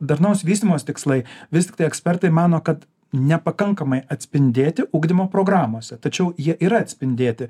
darnaus vystymosi tikslai vis tiktai ekspertai mano kad nepakankamai atspindėti ugdymo programose tačiau jie yra atspindėti